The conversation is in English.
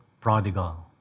prodigal